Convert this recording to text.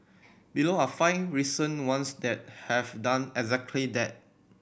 below are five recent ones that have done exactly that